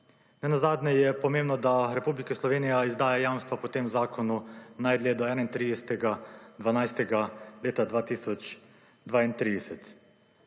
Nenazadnje je pomembno, da Republika Slovenija izdaja jamstvo po tem zakonu najdlje do 31. 12. 2032.